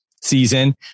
season